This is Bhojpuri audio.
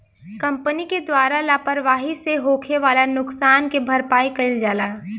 कंपनी के द्वारा लापरवाही से होखे वाला नुकसान के भरपाई कईल जाला